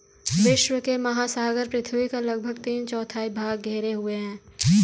विश्व के महासागर पृथ्वी का लगभग तीन चौथाई भाग घेरे हुए हैं